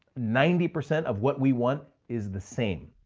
ninety percent of what we want is the same.